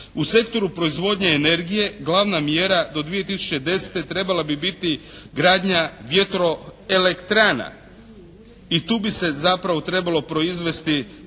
u sektoru proizvodnje energije glavna mjera do 2010. trebala bi biti gradnja vjetro-elektrana i tu bi se zapravo trebalo proizvesti